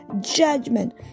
judgment